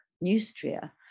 Neustria